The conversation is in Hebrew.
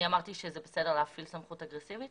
אני אמרתי שזה בסדר להפעיל סמכות אגרסיבית?